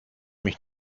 mich